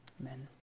Amen